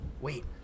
Wait